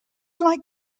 like